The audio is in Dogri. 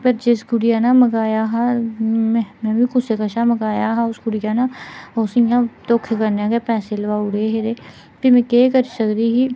जिस कुड़ियै मंगाया हा उ'नें बी कुसै कशा मंगाया हा उस कुड़ियै ने उस इ'यां धोखे कन्नै गै पैसे लोआई ओड़े हे ते भी में केह् करी सकदी ही